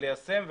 ליישם,